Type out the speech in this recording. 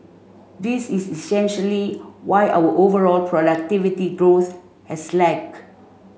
this is essentially why our overall productivity growth has lag